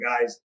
guys